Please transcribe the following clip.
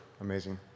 Amazing